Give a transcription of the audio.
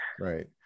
right